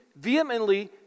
vehemently